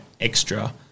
extra